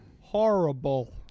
horrible